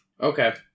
Okay